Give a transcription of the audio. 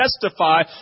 testify